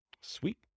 Sweet